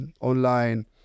online